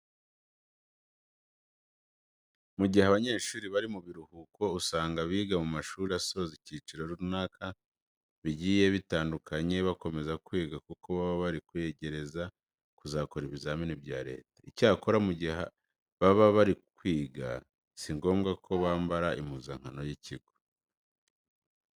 Mu gihe abanyeshuri bari mu biruhuko usanga abiga mu mashuri asoza ibyiciro runaka bigiye bitandukanye bakomeza kwiga kuko baba bari kwegereza kuzakora ibizamini bya leta. Icyakora mu gihe baba bari kwiga si ngombwa ko bambara impuzankano y'ikigo.